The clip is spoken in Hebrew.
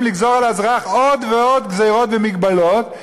לגזור על האזרח עוד ועוד גזירות ומגבלות,